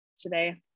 today